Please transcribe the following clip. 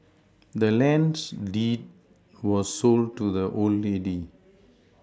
the land's deed was sold to the old lady